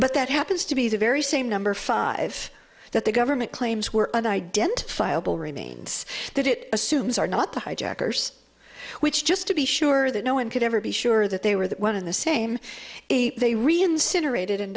but that happens to be the very same number five that the government claims were an identifiable remains that it assumes are not the hijackers which just to be sure that no one could ever be sure that they were the one in the same way they re incinerated and